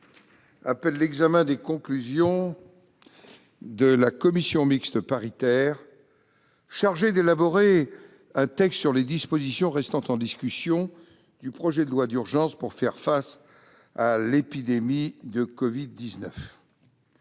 jour appelle l'examen des conclusions de la commission mixte paritaire chargée d'élaborer un texte sur les dispositions restant en discussion du projet de loi d'urgence pour faire face à l'épidémie de Covid-19